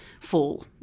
fall